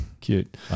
Cute